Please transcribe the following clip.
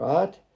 Right